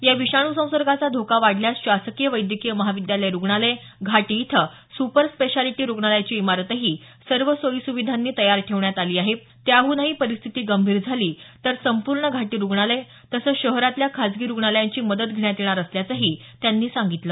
या विषाणू संसर्गाचा धोका वाढल्यास शासकीय वैद्यकीय महाविद्यालय रूग्णालय घाटी इथं सुपर स्पेशॅलिटी रूग्णालयाची इमारतही सर्व सोयी सुविधांनी तयार ठेवण्यात आली आहे त्याहूनही परिस्थिती गंभीर झाली तर संपूर्ण घाटी रूग्णालय तसंच शहरातल्या खाजगी रूग्णालयांची मदत घेण्यात येणार असल्याचं त्यांनी सांगितलं